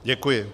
Děkuji.